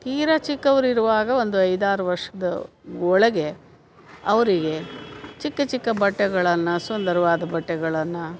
ತೀರ ಚಿಕ್ಕವರಿರುವಾಗ ಒಂದು ಐದಾರು ವರ್ಷದ ಒಳಗೆ ಅವರಿಗೆ ಚಿಕ್ಕ ಚಿಕ್ಕ ಬಟ್ಟೆಗಳನ್ನು ಸುಂದರವಾದ ಬಟ್ಟೆಗಳನ್ನು